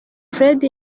fred